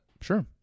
Sure